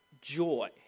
joy